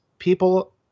People